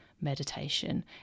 meditation